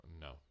No